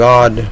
God